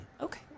okay